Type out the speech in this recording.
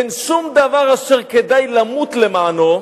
אין שום דבר אשר כדאי למות למענו.